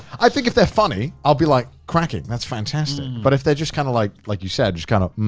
i think if they're funny, i'll be like cracking. that's fantastic. but if they're just kinda like, like you said, just kind of,